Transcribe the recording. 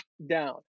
Down